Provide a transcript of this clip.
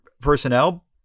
personnel